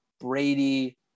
Brady